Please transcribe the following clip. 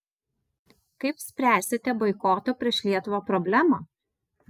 kaip spręsite boikoto prieš lietuvą problemą